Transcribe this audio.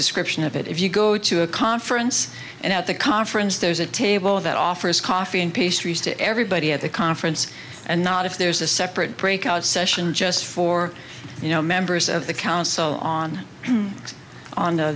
description of it if you go to a conference and at the conference there's a table that offers coffee and pastries to everybody at the conference and not if there's a separate breakout session just for you know members of the council on